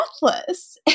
breathless